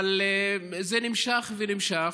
אבל זה נמשך ונמשך.